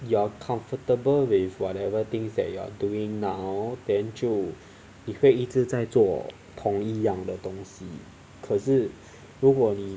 you are comfortable with whatever things that you are doing now then 就你会一直在做同一样的东西可是如果你